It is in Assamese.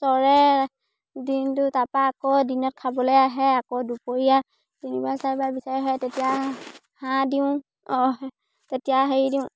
চৰে দিনটো তাপা আকৌ দিনত খাবলে আহে আকৌ দুপৰীয়া তিনিবাৰ চাৰিবাৰ বিচাৰে হয় তেতিয়া হাঁহ দিওঁ অ তেতিয়া হেৰি দিওঁ